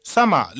Sama